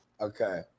Okay